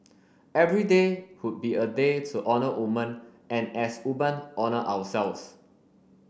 every day would be a day to honour woman and as woman honour ourselves